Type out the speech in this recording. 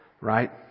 right